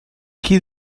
qui